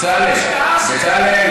ובסיירת צריך להשקיע יותר.